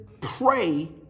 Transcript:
pray